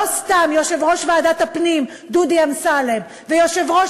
לא סתם יושב-ראש ועדת הפנים דודי אמסלם ויושב-ראש